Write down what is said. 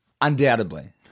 Undoubtedly